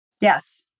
Yes